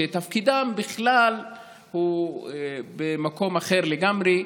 שתפקידם בכלל הוא במקום אחר לגמרי.